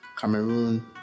Cameroon